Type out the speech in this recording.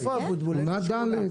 שכונה ד'.